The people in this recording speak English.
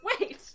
wait